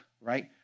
right